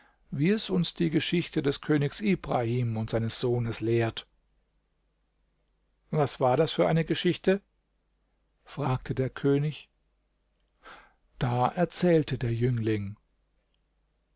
wie es uns die geschichte des königs ibrahim und seines sohnes lehrt was war das für eine geschichte fragte der könig da erzählte der jüngling